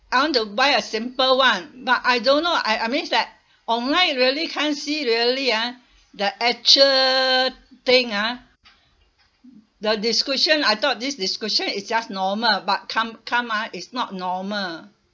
I want to buy a simple [one] but I don't know I I means that online really can't see really ah the actual thing ah the description I thought this description is just normal but come come ah is not normal